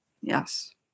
Yes